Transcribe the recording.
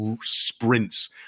sprints